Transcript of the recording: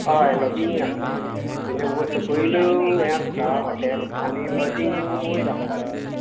होय लाॅजिंग आसता तेंचें तेचें वयर सकयल यें आसता हाॅटेल आनी लाॅजिंग वयर आसता तेंचे